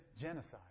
genocide